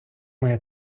моя